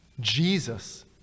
jesus